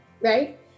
right